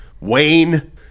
Wayne